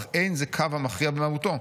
אך אין זה הקו המכריע במהותו,